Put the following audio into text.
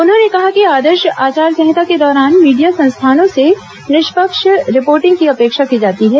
उन्होंने कहा कि आदर्श आचार संहिता के दौरान मीडिया संस्थानों से निष्पक्ष रिपोर्टिंग की अपेक्षा की जाती है